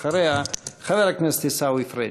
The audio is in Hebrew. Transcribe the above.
אחריה, חבר הכנסת עיסאווי פריג'.